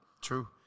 True